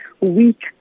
weak